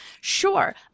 sure